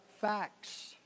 facts